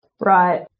Right